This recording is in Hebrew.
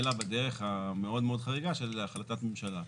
אלא בדרך המאוד מאוד חריגה שזה החלטת ממשלה.